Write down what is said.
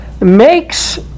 makes